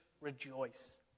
rejoice